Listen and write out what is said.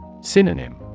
Synonym